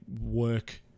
work